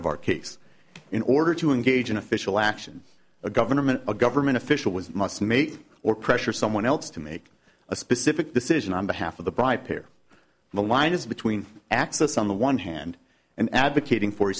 of our case in order to engage in official action a government a government official was must make or pressure someone else to make a specific decision on behalf of the by peer the line is between access on the one hand and advocating for